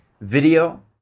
video